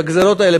הגזירות האלה,